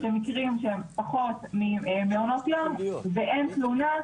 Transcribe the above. במקרים שהם פחות ממעונות יום ואין תלונות,